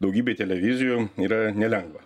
daugybei televizijų yra nelengva